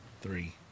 three